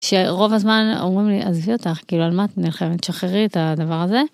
ש..רוב הזמן אומרים לי, עזבי אותך, כאילו מה את נלחמת? שחררי את הדבר הזה.